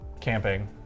camping